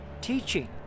teaching